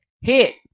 Hit